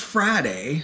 Friday